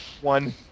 one